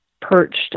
perched